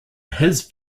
his